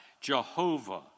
Jehovah